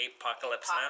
Apocalypse